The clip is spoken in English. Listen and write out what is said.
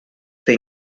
they